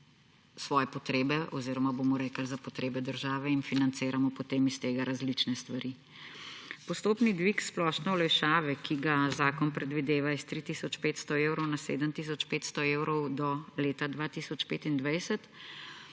svoje potrebe oziroma bomo rekli za potrebe države in financiramo potem iz tega različne stvari. Postopni dvig splošne olajšave, ki ga zakon predvideva, s 3 tisoč 500 evrov na 7 tisoč 500 evrov do leta 2025,